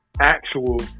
actual